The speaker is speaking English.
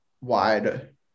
wide